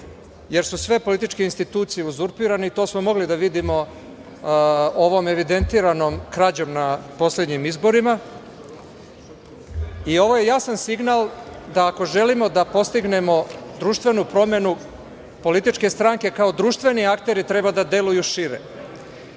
jer su sve političke institucije uzurpirane i to smo mogli da vidimo ovom evidentiranom krađom na poslednjim izborima i ovo je jasan signal da ako želimo da postignemo društvenu promenu, političke stranke kao društveni akteri treba da deluju šire.U